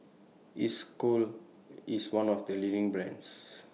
Isocal IS one of The leading brands